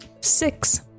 Six